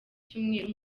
cyumweru